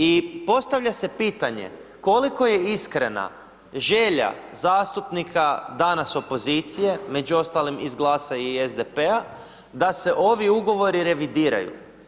I postavlja se pitanje koliko je iskrena želja zastupnika danas opozicije, među ostalim iz GLAS-a i SDP-a, da se ovi ugovori revidiraju.